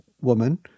woman